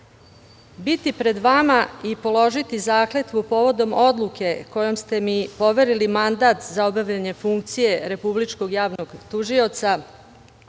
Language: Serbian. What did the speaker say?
pred vama i položiti Zakletvu povodom odluke kojom ste mi poverili mandat za obavljanje funkcije Republičkog javnog tužioca,